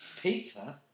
Peter